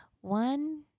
one